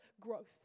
growth